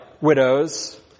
widows